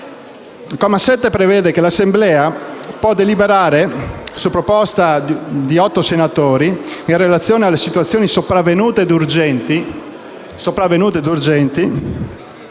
Il comma 7 prevede che l'Assemblea possa deliberare, su proposta di otto senatori «in relazione a situazioni sopravvenute ed urgenti,